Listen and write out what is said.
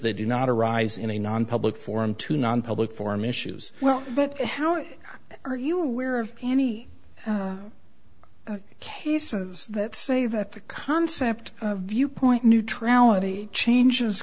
they do not arise in a non public forum to non public forum issues well but how is are you aware of any cases that say that the concept of viewpoint neutrality changes